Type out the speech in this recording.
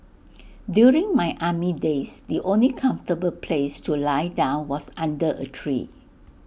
during my army days the only comfortable place to lie down was under A tree